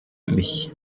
mishya